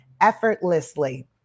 effortlessly